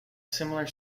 similar